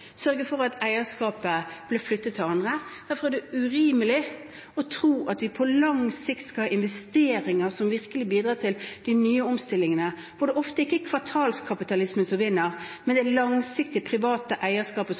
sørge for at eierskapet ble flyttet til andre. Derfor er det urimelig å tro at vi på lang sikt skal ha investeringer som virkelig bidrar til de nye omstillingene, for det er ofte ikke kvartalskapitalismen som vinner, men det langsiktige private eierskapet